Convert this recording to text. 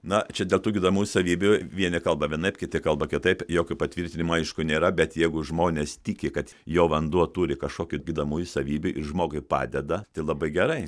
na čia dėl tų gydamųjų savybių vieni kalba vienaip kiti kalba kitaip jokių patvirtinimų aišku nėra bet jeigu žmonės tiki kad jo vanduo turi kažkokių gydamųjų savybių žmogui padeda tai labai gerai